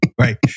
right